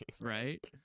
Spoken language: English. Right